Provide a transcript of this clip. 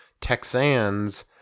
Texans